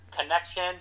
connection